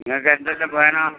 നിങ്ങൾക്ക് എന്തെല്ലാം വേണം